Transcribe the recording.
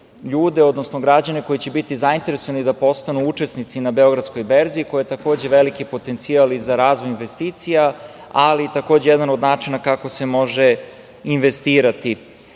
odnosno građane koji će biti zainteresovani da postanu učesnici na Beogradskoj berzi, koja je takođe veliki potencijal i za razvoj investicija, ali takođe i jedan od načina kako se može investirati. Kada